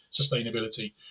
sustainability